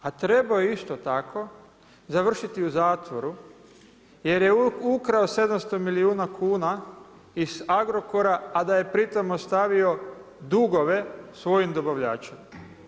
A trebao je isto tako završiti u zatvoru jer je ukrao 700 milijuna kuna iz Agrokora a da je pri tome ostavio dugove svojim dobavljačima.